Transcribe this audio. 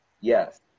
yes